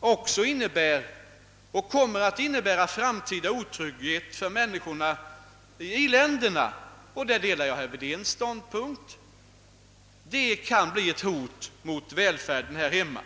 också innebär framtida otrygghet för människorna i i-länderna. Därvidlag delar jag herr Wedéns uppfattning. U-ländernas nöd kan bli ett hot mot välfärden här hemma.